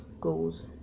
goals